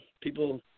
people